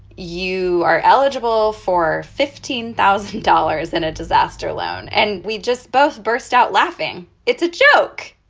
you are eligible for fifteen thousand dollars in a disaster loan. and we just both burst out laughing. it's a joke.